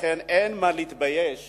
לכן, אין מה להתבייש